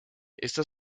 esta